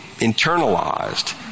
internalized